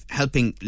helping